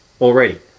already